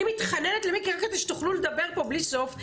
אני מתחננת למיקי רק כדי שתוכלו לדבר פה בלי סוף,